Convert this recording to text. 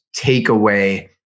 takeaway